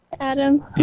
Adam